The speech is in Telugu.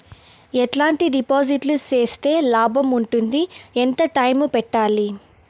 ఎట్లాంటి డిపాజిట్లు సేస్తే లాభం ఉంటుంది? ఎంత టైము పెట్టాలి?